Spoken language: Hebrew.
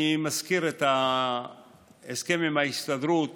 אני מזכיר את ההסכם עם ההסתדרות